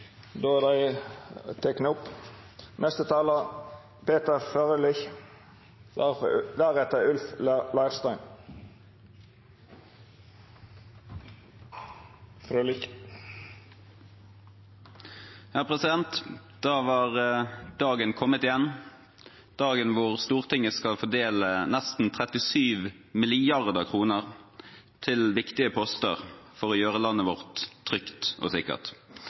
Da var dagen kommet igjen, dagen da Stortinget skal fordele nesten 37 mrd. kr til viktige poster for å gjøre landet vårt trygt og sikkert.